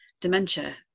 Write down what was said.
dementia